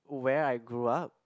where I grew up